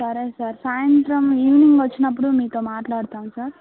సరే సార్ సాయంత్రం ఈవినింగ్ వచ్చినప్పుడు మీతో మాట్లాడుతాం సార్